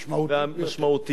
משמעותית,